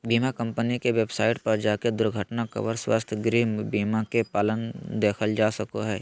बीमा कम्पनी के वेबसाइट पर जाके दुर्घटना कवर, स्वास्थ्य, गृह बीमा के प्लान देखल जा सको हय